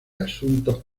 asuntos